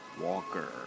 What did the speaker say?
Walker